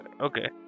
Okay